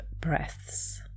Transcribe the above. breaths